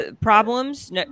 problems